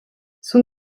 son